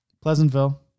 Pleasantville